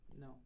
No